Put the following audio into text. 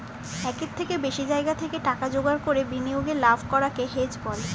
একের থেকে বেশি জায়গা থেকে টাকা জোগাড় করে বিনিয়োগে লাভ করাকে হেজ বলে